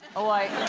oh, i